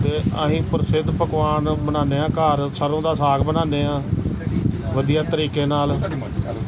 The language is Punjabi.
ਅਤੇ ਅਸੀਂ ਪ੍ਰਸਿੱਧ ਪਕਵਾਨ ਬਣਾਉਂਦੇ ਹਾਂ ਘਰ ਸਰੋਂ ਦਾ ਸਾਗ ਬਣਾਉਂਦੇ ਹਾਂ ਵਧੀਆ ਤਰੀਕੇ ਨਾਲ